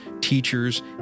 teachers